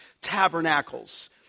Tabernacles